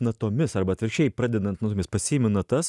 natomis arba atvirkščiai pradedant natomis pasiimi natas